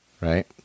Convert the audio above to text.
right